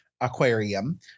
aquarium